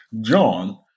john